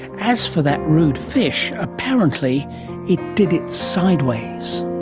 as for that rude fish, apparently it did it sideways.